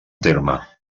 terme